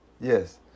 Yes